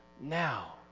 now